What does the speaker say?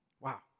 Wow